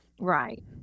Right